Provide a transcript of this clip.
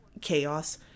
chaos